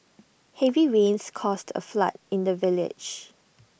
heavy rains caused A flood in the village